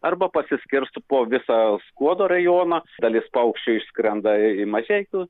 arba pasiskirsto po visą skuodo rajono dalis paukščių išskrenda į mažeikių